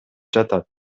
жатат